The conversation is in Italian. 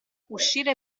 uscire